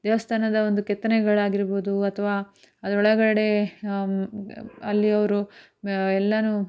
ದೇವಸ್ಥಾನದ ಒಂದು ಕೆತ್ತನೆಗಳಾಗಿರ್ಬೋದು ಅಥವಾ ಅದರೊಳಗಡೆ ಅಲ್ಲಿಯವರು ಎಲ್ಲನೂ